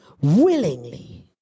willingly